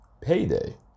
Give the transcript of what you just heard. Payday